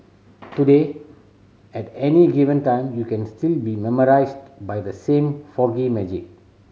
today at any given time you can still be by the same magic